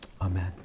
Amen